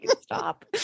Stop